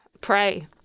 Pray